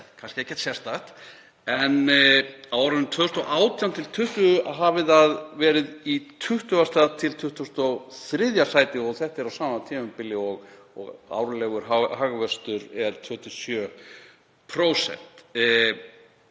kannski ekkert sérstakt, en á árinu 2018–2020 hafi það verið í 20.–23. sæti. Þetta er á sama tímabili og árlegur hagvöxtur er 2–7%.